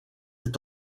est